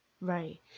Right